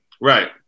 Right